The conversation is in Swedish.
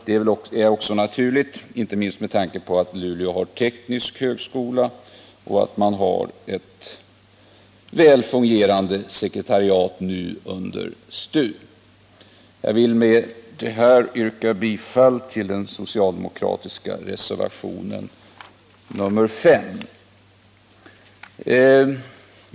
Det är också naturligt inte minst med tanke på att Luleå har teknisk högskola och att man har ett väl fungerande sekretariat under STU. Jag vill med detta yrka bifall till den socialdemokratiska reservationen 9.